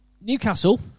Newcastle